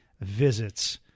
visits